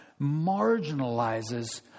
marginalizes